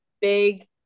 big